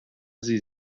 sie